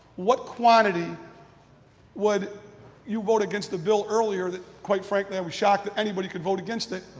what quantity would you vote against the bill earlier that quite frankly i was shocked that anybody could vote against it.